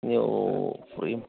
ನೀವು ಫ್ರೀ